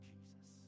Jesus